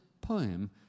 poem